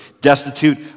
destitute